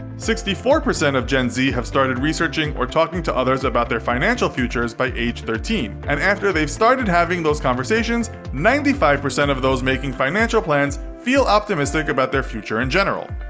sixty four of gen z have started researching or talking to others about their financial futures by age thirteen. and after they've started having those conversations, ninety five percent of those making financial plans feel optimistic about their future in general.